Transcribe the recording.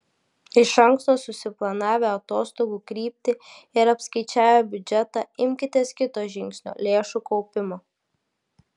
iš anksto susiplanavę atostogų kryptį ir apskaičiavę biudžetą imkitės kito žingsnio lėšų kaupimo